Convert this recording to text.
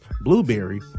Blueberry